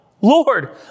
Lord